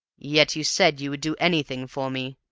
yet you said you would do anything for me!